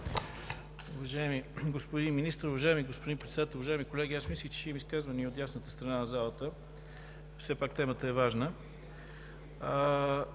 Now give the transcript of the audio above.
Уважаеми господин Министър, уважаеми господин Председател, уважаеми колеги! Мислех, че ще има изказвания и от дясната страна на залата – все пак темата е важна.